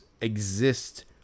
exist